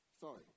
sorry